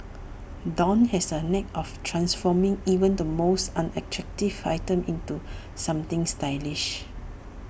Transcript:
dawn has A knack for transforming even the most unattractive item into something stylish